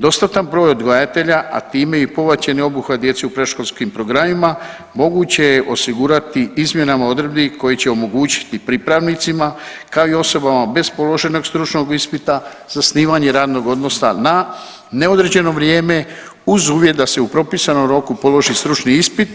Dostatan broj odgajatelja, a time i povećani obuhvat djece u predškolskim programima moguće je osigurati izmjenama odredbi koji će omogućiti pripravnicima, kao i osobama bez položenog stručnog ispita zasnivanje radnog odnosa na neodređeno vrijeme uz uvjet da se u propisanom roku položi stručni ispit,